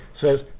says